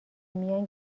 میان